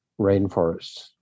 rainforests